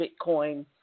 Bitcoin